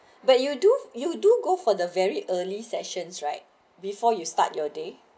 but you do you do go for the very early sessions right before you start your day